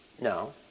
No